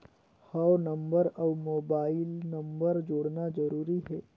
हव नंबर अउ mobile number जोड़ना जरूरी हे?